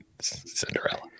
Cinderella